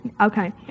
Okay